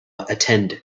attend